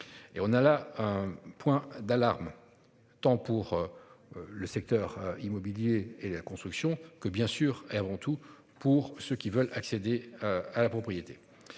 Et on a là un point d'alarme. Tant pour. Le secteur immobilier et la construction que bien sûr et avant tout pour ceux qui veulent accéder à la propriété.